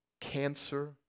cancer